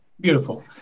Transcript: Beautiful